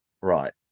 Right